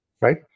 right